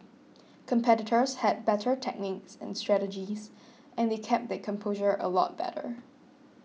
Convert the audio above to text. competitors had better techniques and strategies and they kept their composure a lot better